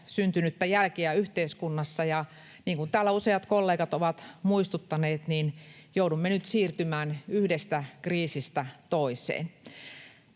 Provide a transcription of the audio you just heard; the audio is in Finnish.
syntynyttä jälkeä yhteiskunnassa. Niin kuin täällä useat kollegat ovat muistuttaneet, joudumme nyt siirtymään yhdestä kriisistä toiseen.